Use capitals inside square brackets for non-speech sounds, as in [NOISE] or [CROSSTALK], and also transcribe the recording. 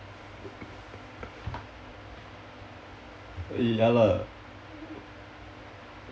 [LAUGHS] ya lah